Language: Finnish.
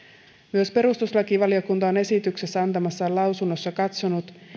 myös perustuslakivaliokunta on esityksestä antamassaan lausunnossa katsonut